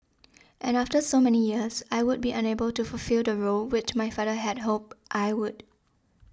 and after so many years I would be unable to fulfil the role which my father had hoped I would